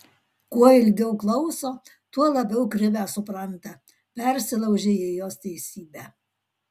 kuo ilgiau klauso tuo labiau krivę supranta persilaužia į jos teisybę